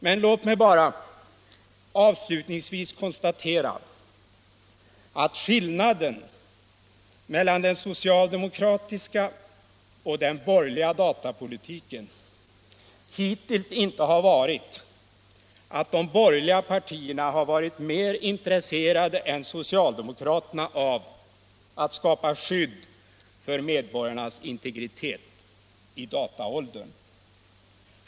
Men låt mig bara avslutningsvis konstatera att skillnaden mellan den socialdemokratiska och den borgerliga datapolitiken hittills inte har varit att de borgerliga har varit mer intresserade än socialdemokraterna av att skapa skydd för medborgarnas integritet i dataåldern.